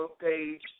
page